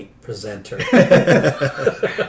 presenter